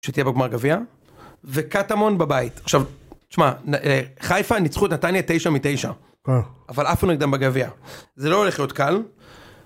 שתהיה בגמר גביע וקטמון בבית. עכשיו, תשמע חיפה ניצחו את נתניה תשע מתשע אבל עפו נגדם בגביע זה לא הולך להיות קל.